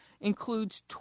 includes